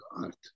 art